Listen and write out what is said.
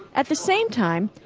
at the same time,